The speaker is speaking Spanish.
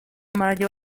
mayor